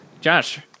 Josh